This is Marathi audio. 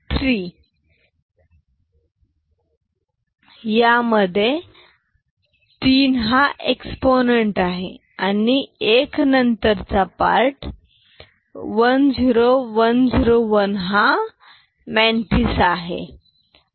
म्हणजे यामध्ये 3 हा एक्स्पोनेंट आहे आणि 1 नंतर चा पार्ट 1 0 1 0 1 हा मंतिस्सा आहे